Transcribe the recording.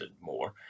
more